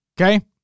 Okay